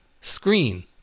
Screen